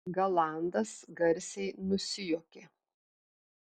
galandas garsiai nusijuokė